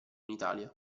italia